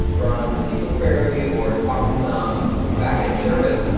run a sql query, or talk to some backend service,